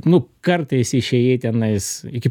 nu kartais išėjai tenais iki